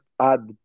add